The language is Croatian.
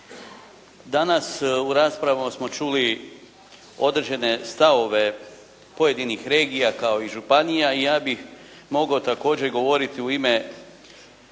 Danas u raspravama smo čuli određene stavove pojedinih regija kao i županija i ja bih mogao također govoriti u ime